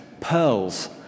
pearls